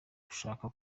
dushaka